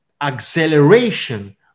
acceleration